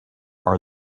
are